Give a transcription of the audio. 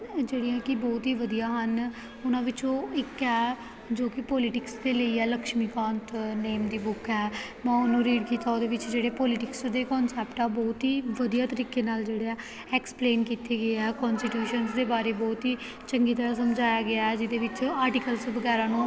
ਜਿਹੜੀਆਂ ਕਿ ਬਹੁਤ ਹੀ ਵਧੀਆ ਹਨ ਉਹਨਾਂ ਵਿੱਚੋਂ ਇੱਕ ਹੈ ਜੋ ਕਿ ਪੋਲੀਟਿਕਸ ਦੇ ਲਈ ਹੈ ਲਕਸ਼ਮੀ ਕਾਂਤ ਨੇਮ ਦੀ ਬੁੱਕ ਹੈ ਮੈਂ ਉਹਨੂੰ ਰੀਡ ਕੀਤਾ ਉਹਦੇ ਵਿੱਚ ਜਿਹੜੇ ਪੋਲੀਟਿਕਸ ਦੇ ਕੋਨਸੈਪਟ ਆ ਬਹੁਤ ਹੀ ਵਧੀਆ ਤਰੀਕੇ ਨਾਲ ਜਿਹੜੇ ਆ ਐਕਸਪਲੇਨ ਕੀਤੇ ਗਏ ਹੈ ਕੋਨਸਟੀਟਿਊਸ਼ਨਸ ਦੇ ਬਾਰੇ ਬਹੁਤ ਹੀ ਚੰਗੀ ਤਰ੍ਹਾਂ ਸਮਝਾਇਆ ਗਿਆ ਜਿਹਦੇ ਵਿੱਚ ਆਰਟੀਕਲਸ ਵਗੈਰਾ ਨੂੰ